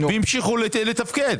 והמשיכו לתפקד.